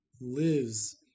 lives